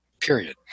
period